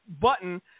button